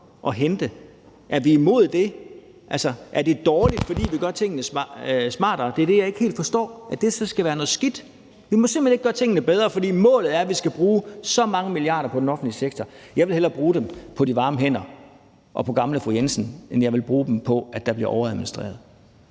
at hente? Er vi imod det? Altså, er det dårligt, fordi vi gør tingene smartere? Det er det, jeg ikke helt forstår skal være noget skidt. Vi må simpelt hen ikke gøre tingene bedre, for målet er, at vi skal bruge så mange milliarder på den offentlige sektor. Jeg vil hellere bruge dem på de varme hænder og på gamle fru Jensen, end jeg vil bruge dem på, at der bliver overadministreret.